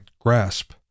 grasp